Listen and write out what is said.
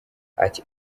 ati